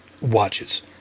watches